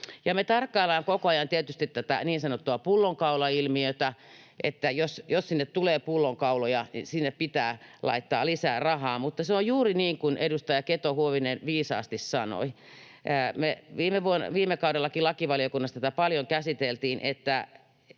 Me tarkkaillaan koko ajan tietysti tätä niin sanottua pullonkaulailmiötä, että jos sinne tulee pullonkauloja, niin sinne pitää laittaa lisää rahaa, mutta se on juuri niin kuin edustaja Keto-Huovinen viisaasti sanoi. Me viime kaudellakin lakivaliokunnassa tätä paljon käsiteltiin, että